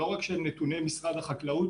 לא רק שהם נתוני משרד החקלאות,